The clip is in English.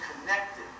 connected